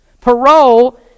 Parole